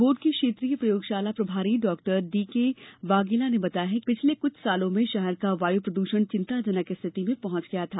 board के क्षेत्रीय प्रयोगशाला प्रभारी डॉ डीके वागेला ने बताया कि पिछले कुछ वर्षों में शहर का वायु प्रदूषण चिंताजनक स्थिति में पहुंच गया था